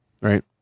right